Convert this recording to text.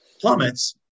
plummets